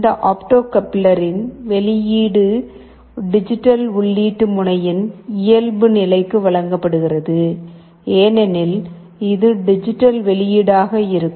இந்த ஆப்டோ கப்ளரின் வெளியீடு டிஜிட்டல் உள்ளீட்டு முனையின் இயல்புநிலைக்கு வழங்கப்படுகிறது ஏனெனில் இது டிஜிட்டல் வெளியீடாக இருக்கும்